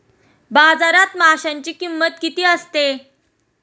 बाजारात माशांची किंमत किती असते?